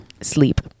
sleep